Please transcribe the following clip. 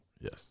Yes